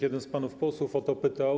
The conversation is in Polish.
Jeden z panów posłów o to pytał.